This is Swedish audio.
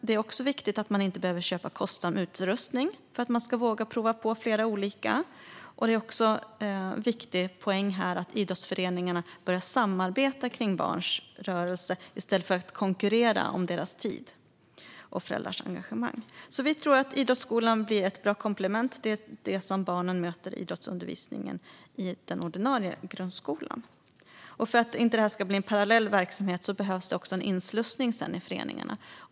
Det är också viktigt att inte behöva köpa kostsam utrustning för att våga prova på flera olika idrotter, och en viktig poäng är att idrottsföreningarna börjar samarbeta kring barns rörelse i stället för att konkurrera om deras tid och föräldrarnas engagemang. Vi tror att idrottsskolan blir ett bra komplement till det som barnen möter i den ordinarie idrottsundervisningen i grundskolan. För att detta inte ska bli en parallell verksamhet behövs en inslussning i föreningarna.